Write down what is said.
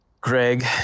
Greg